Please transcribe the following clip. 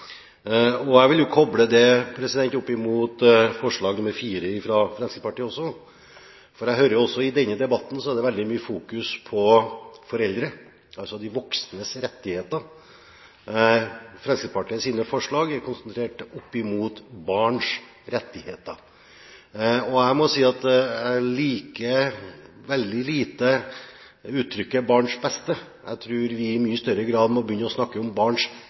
Jeg vil koble det opp mot forslag nr. 4 fra Fremskrittspartiet også. Jeg hører også i denne debatten at det er veldig mye fokusering på foreldre, altså de voksnes rettigheter. Fremskrittspartiets forslag er konsentrert om barns rettigheter. Jeg må si jeg liker veldig dårlig uttrykket «barns beste». Jeg tror vi i mye større grad må begynne å snakke om barns